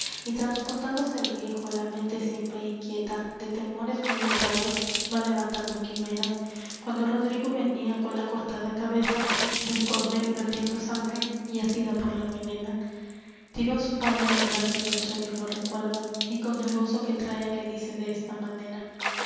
y trasportándose el viejo la mente siempre inquita de temores muy honrados va levantando quimeras cuando rodrigo venía con la cortada cabeza del conde vertiendo sangre y asida por la melena tiró á su padre del brazo y del sueño lo recuerda y con el gozo que trae le dice de esta manera